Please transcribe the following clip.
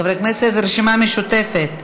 חברי הכנסת מהרשימה המשותפת,